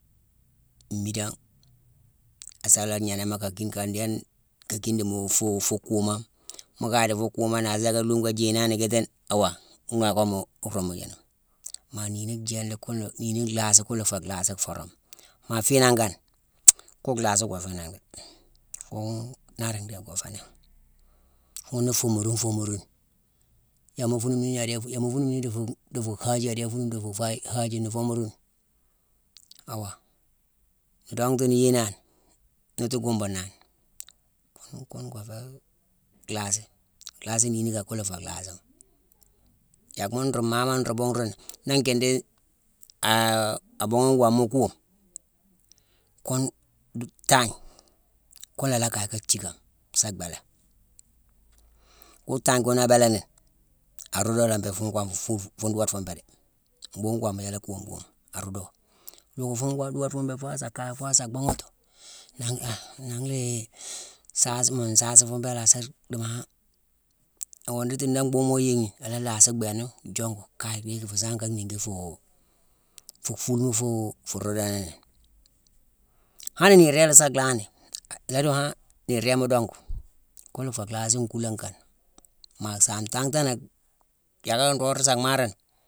Mmiidangh asa la gnénémo akine-kaa-ndééne akine dimu-fu kuumame. Mu kaye di fu kuumane, a lacka-dimo ngo jéyena ni kit tine, awaa, mmookama nruumu jaanangh. Maa niini jééna-kuna-niini nmlhaasima kuna féé nlhaasi foroma. Maa fiinangh kane, kune lhaasi go féénangh dé. Kune, naada ndhééne ngo féénangh. Ghune nu foomorune foomorune: yama fuunume ni adé fu-yama fuunume ni difu. difu hajii, adéé fuunume difu faye-hajii, nu foomarune, awaa. Nu donghtu, nu yéyenani, nu tu kumbuna ni. Ghune goo féé nlhaasi. Lhaasi niini kane, kuna féé nlaasima. yackma nruu maamone nruu buughunruni, niin nkindé abuughune woma kuume, kune-du-tangne. Kuna a la kaye ka jickame sa bhéélé. Kune tangne kune a béélani ni, a rodé la mbééghine fune gwonfu- fu- fu- fune doode fune mbéé dé. Mbhuughune woma yéélé kuume kuume, a rodo. Loogu fune gon-doode fune mbéé faa a sa kaye foo a sa bhuughati, nangh léé-saasima-mu saasi fune béé a lasa dimo han, oo nditi ni mbhuughune mo mu yééghine, a la laasi bééna jongu, kaye dhiiki fuu saame a ka niingi fuu fulema fuu roda nini. Han niir déé la sa lhaan ni, i la doo han niir dééma dongu. Ghuna féé lhaasi nkulane kane. Maa saame ntanghtanack, yackack nroog nruu sa mhaarani.